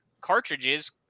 cartridges